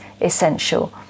essential